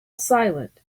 silent